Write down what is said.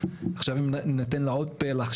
אם עכשיו ניתן לה עוד פלח,